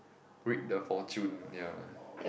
read the fortune ya